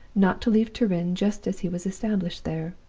not to leave turin just as he was established there.